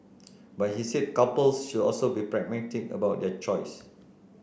but he said couples should also be pragmatic about their choice